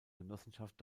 genossenschaft